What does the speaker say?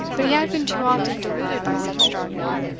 but he had been too often deluded by such jargon,